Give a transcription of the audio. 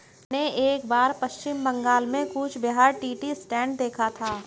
मैंने एक बार पश्चिम बंगाल में कूच बिहार टी एस्टेट देखा था